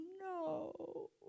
no